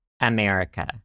America